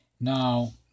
now